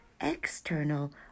external